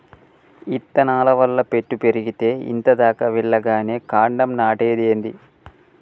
ఇత్తనాల వల్ల పెట్టు పెరిగేతే ఇంత దాకా వెల్లగానే కాండం నాటేదేంది